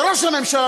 לראש הממשלה,